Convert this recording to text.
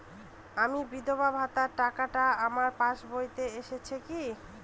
আমার বিধবা ভাতার টাকাটা আমার পাসবইতে এসেছে কি?